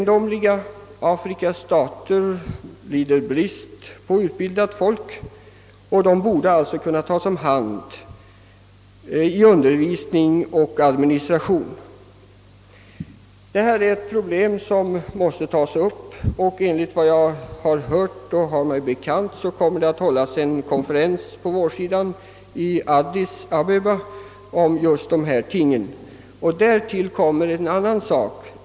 Trots att Afrikas stater lider brist på utbildat folk och alltså borde kunna sysselsätta utbildade flyktingar i undervisning och administration, så tycks inte detta ske — det är det egendomliga. Detta är problem som måste tas upp, och enligt vad jag har mig bekant kommer det att hållas en konferens på vårsidan i Addis Abeba om bl.a. just dessa ting. Även andra frågor kommer att tas upp där.